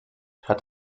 hat